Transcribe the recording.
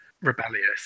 rebellious